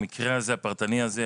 המקרה הפרטני הזה,